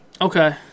Okay